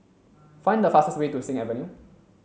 find the fastest way to Sing Avenue